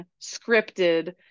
scripted